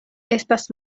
estas